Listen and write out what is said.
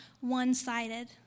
one-sided